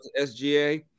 SGA